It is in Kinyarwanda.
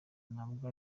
ntabwo